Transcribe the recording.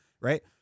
Right